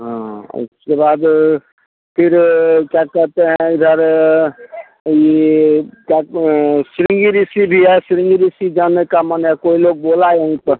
हाँ उसके बाद फिर क्या कहते हैं इधर ये क्या तो सृंगी ऋषि भी है सृंगी ऋषि जाने का मन है कोई लोग बोला यहीं पर